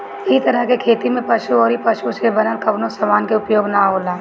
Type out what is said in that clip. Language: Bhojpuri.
इ तरह के खेती में पशु अउरी पशु से बनल कवनो समान के उपयोग ना होला